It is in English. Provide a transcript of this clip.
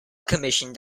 commissioned